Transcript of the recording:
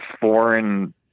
foreign